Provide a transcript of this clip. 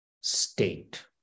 state